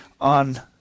on